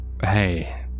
Hey